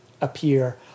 appear